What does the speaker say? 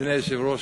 אדוני היושב-ראש,